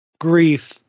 grief